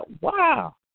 wow